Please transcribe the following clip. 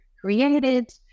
created